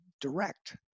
direct